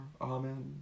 Amen